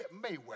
Mayweather